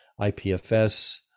IPFS